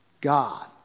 God